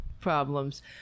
problems